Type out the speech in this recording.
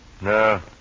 No